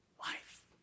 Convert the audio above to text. life